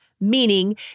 Meaning